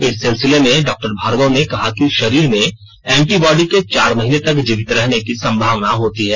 इस सिलसिले में डॉ भार्गव ने कहा कि शरीर में एंटी बॉडी के चार महीने तक जीवित रहने की संभावना होती है